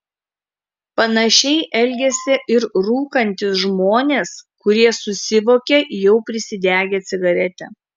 panašiai elgiasi ir rūkantys žmonės kurie susivokia jau prisidegę cigaretę